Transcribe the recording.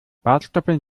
bartstoppeln